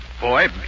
Boy